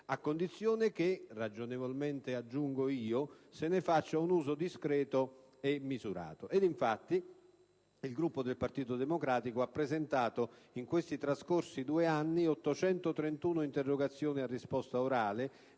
a condizione che - ragionevolmente aggiungo io - se ne faccia un uso discreto e misurato.